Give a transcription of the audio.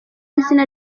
izina